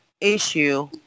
issue